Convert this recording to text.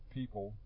people